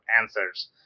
answers